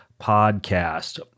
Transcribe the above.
podcast